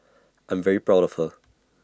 I'm very proud of her